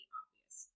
obvious